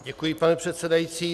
Děkuji, pane předsedající.